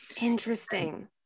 interesting